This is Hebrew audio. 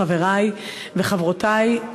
חברי וחברותי,